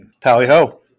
Tally-ho